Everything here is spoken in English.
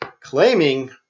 Claiming